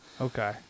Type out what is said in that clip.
Okay